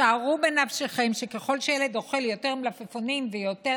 שערו בנפשכם שככל שהילד אוכל יותר מלפפונים ויותר